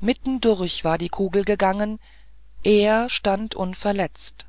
mitten durch war die kugel gegangen er stand unverletzt